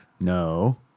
No